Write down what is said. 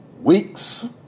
weeks